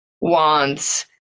wants